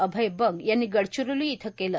अभय बंग यांनी गडचिरोली इथं केलं